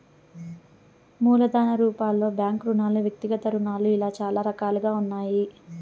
మూలధన రూపాలలో బ్యాంకు రుణాలు వ్యక్తిగత రుణాలు ఇలా చాలా రకాలుగా ఉన్నాయి